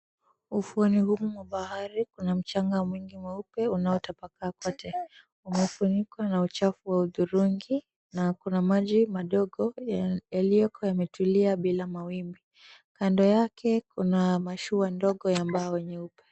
Ufuoni humu mwa bahari kuna mchanga mwingi mweupe unaotapakaa kote, umefunikwa na uchafu wa hudhurungi na kuna maji madogo yaliyoko yametulia bila mawimbi. Kando yake kuna mashua ndogo ya mbao nyeupe.